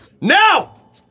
Now